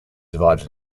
divided